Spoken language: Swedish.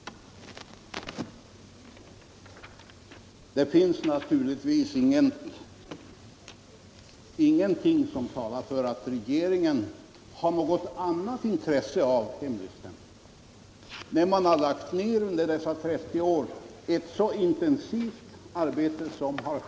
Det finns naturligtvis ingenting som talar för att regeringen har = m.m. något annat intresse av hemligstämpeln, när man under dessa 30 år har lagt ned ett så intensivt arbete.